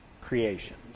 creations